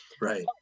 Right